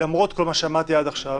למרות כל מה שאמרתי עד עכשיו,